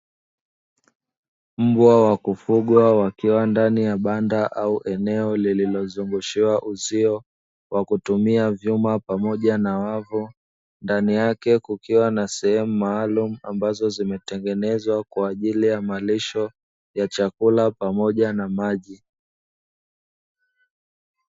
Mbwa wa kufugwa wakiwa ndani ya banda au eneo lililozungushiwa uzio wa kutumia vyuma pamoja na wavu, ndani yake kukiwa na sehemu maalumu ambazo zimetengenezwa kwa ajili ya malisho ya chakula pamoja na maji.